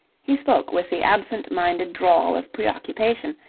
he spoke with the absent-minded drawl of preoccupation,